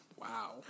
Wow